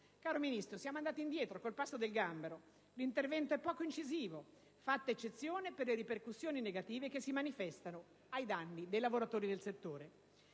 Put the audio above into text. Caro Ministro, siamo andati indietro con il passo del gambero: l'intervento è poco incisivo, fatta eccezione per le ripercussioni negative che si manifestano ai danni dei lavoratori del settore.